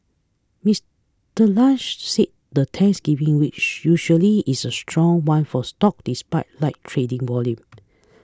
Mister Lynch said the Thanksgiving week usually is a strong one for stock despite light trading volume